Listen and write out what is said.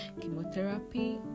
chemotherapy